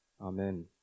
Amen